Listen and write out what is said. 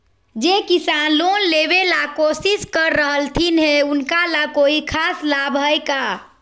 जे किसान लोन लेबे ला कोसिस कर रहलथिन हे उनका ला कोई खास लाभ हइ का?